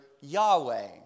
Yahweh